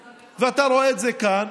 ואתה רואה את זה כאן,